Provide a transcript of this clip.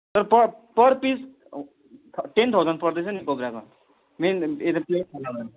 प per piece ten thousand पर्दैछ नि कोब्रामा मेन यता